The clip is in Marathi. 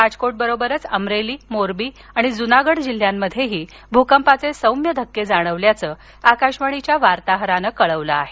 राजकोटबरोबरच अमरेली मोरबी आणि जुनागढ जिल्ह्यामध्येही भूकंपाचे सौम्य धक्के जाणवल्याचं आकाशवाणीच्या वार्ताहरानं कळवलं आहे